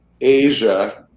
asia